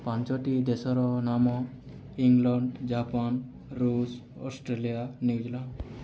ପାଞ୍ଚଟି ଦେଶର ନାମ ଇଂଲଣ୍ତ ଜାପାନ ଋଷ ଅଷ୍ଟ୍ରେଲିଆ ନିଉଜଲାଣ୍ଡ